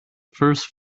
first